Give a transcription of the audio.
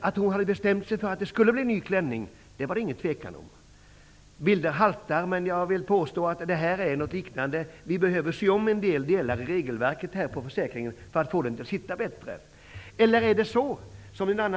Att hon har bestämt sig för att det skall bli en ny klänning är det ingen tvekan om. Bilden haltar kanske, men jag vill påstå att det är någonting liknande här: Vi behöver sy om en del av regelverket för att få det att sitta bättre. Jag skall ge ett annat exempel.